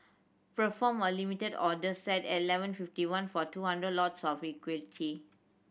perform a Limit order set at eleven fifty one for two hundred lots of equity